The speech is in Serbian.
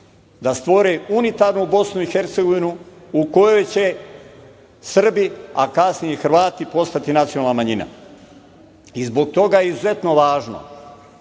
da stvore unitarnu Bosnu i Hercegovinu u kojoj će Srbi, a kasnije i Hrvati postati nacionalna manjina. Zbog toga je izuzetno važno